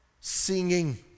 singing